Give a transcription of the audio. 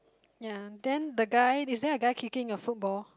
ya then the guy is there a guy kicking a football